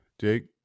jake